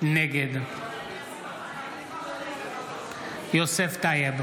נגד יוסף טייב,